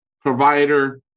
provider